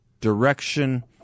direction